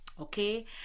okay